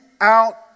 out